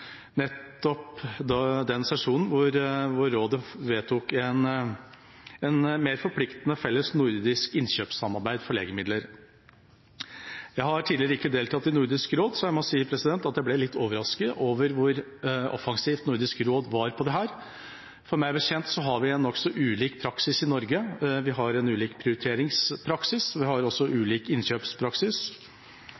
nettopp den sesjonen hvor rådet vedtok et mer forpliktende felles nordisk innkjøpssamarbeid for legemidler. Jeg har tidligere ikke deltatt i Nordisk råd, så jeg må si at jeg ble litt overrasket over hvor offensivt Nordisk råd var på dette. Meg bekjent har vi en nokså ulik praksis i Norge. Vi har en ulik prioriteringspraksis. Vi har også